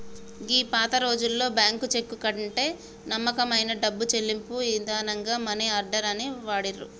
గీ పాతరోజుల్లో bank cheque కంటే నమ్మకమైన డబ్బు చెల్లింపుల ఇదానంగా మనీ ఆర్డర్ ని వాడిర్రు